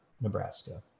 nebraska